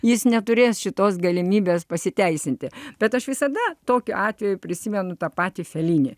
jis neturės šitos galimybės pasiteisinti bet aš visada tokiu atveju prisimenu tą patį felinį